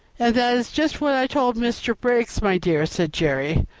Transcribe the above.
and that is just what i told mr. briggs, my dear, said jerry,